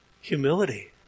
humility